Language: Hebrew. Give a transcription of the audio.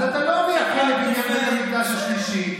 אז אתה לא מייחל לבניין המקדש השלישי.